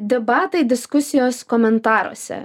debatai diskusijos komentaruose